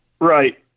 right